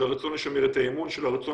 של הרצון לשמר את האמון, של הרצון